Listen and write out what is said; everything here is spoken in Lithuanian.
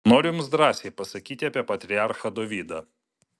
noriu jums drąsiai pasakyti apie patriarchą dovydą